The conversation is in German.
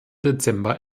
dezember